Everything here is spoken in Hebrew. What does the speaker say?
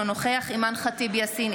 אינו נוכח אימאן ח'טיב יאסין,